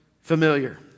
familiar